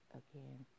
again